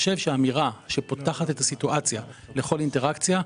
האמירה שפותחת את הסיטואציה לכל אינטראקציה,